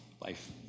life